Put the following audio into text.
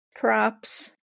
Props